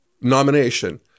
nomination